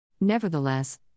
Nevertheless